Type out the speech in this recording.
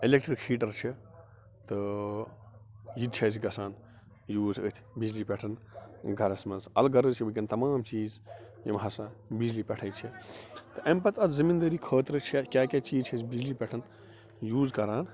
electric heater چھِ تہٕ یہِ تہِ چھُ اَسہِ گَژھان یوز أتھۍ بَجلی پٮ۪ٹھ گَرس منٛز الغرض چھِ وٕنکیٚن تَمام چیٖز یِم ہَسا بِجلی پٮ۪ٹھے چھِ تہٕ اَمہِ پتہٕ اَتھ زٔمیٖن دٲری خٲطرٕ چھِ کیٛاہ کیٛاہ چیٖز چھِ أسۍ بِجلی پٮ۪ٹھ یوز کَران